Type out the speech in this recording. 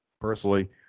personally